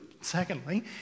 secondly